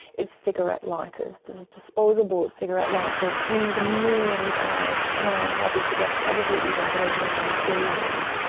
is cigarette lighters, there's disposable cigarette lighters in the millions and i and i hazard to guess probably even verging on the billions.